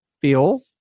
feel